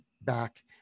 back